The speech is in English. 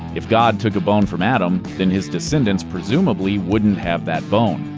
if god took a bone from adam, then his descendants presumably wouldn't have that bone.